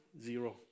zero